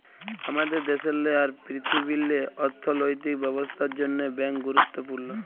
আমাদের দ্যাশেল্লে আর পীরথিবীল্লে অথ্থলৈতিক ব্যবস্থার জ্যনহে ব্যাংক গুরুত্তপুর্ল